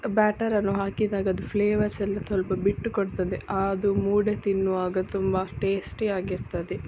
ಬ್ಯಾಟರನ್ನು ಹಾಕಿದಾಗ ಅದು ಫ್ಲೇವರ್ಸ್ ಎಲ್ಲ ಸ್ವಲ್ಪ ಬಿಟ್ಟುಕೊಡ್ತದೆ ಆದು ಮೂಡೆ ತಿನ್ನುವಾಗ ತುಂಬ ಟೇಸ್ಟಿಯಾಗಿರ್ತದೆ